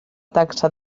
taxa